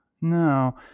No